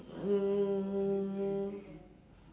um